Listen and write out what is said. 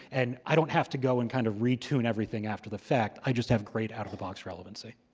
and i don't have to go and kind of retune everything after the fact. i just have great out-of-the-box relevancy.